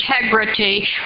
integrity